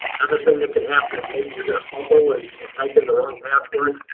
another thing that can happen is maybe you're going to fumble and and type in the wrong password.